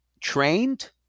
trained